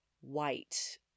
white